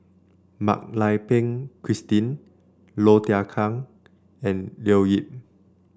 Mak Lai Peng Christine Low Thia Khiang and Leo Yip